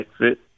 exit